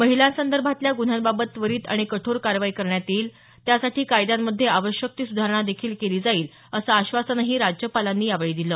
महिलासदर्भातल्या गुन्ह्यांबाबत त्वरित आणि कठोर कारवाई करण्यात येईल त्यासाठी कायद्यांमध्ये आवश्यक ती सुधारणा देखील केली जाईल असं आश्वासनही राज्यपालांनी यावेळी दिलं